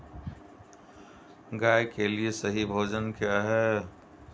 गाय के लिए सही भोजन क्या है?